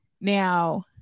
Now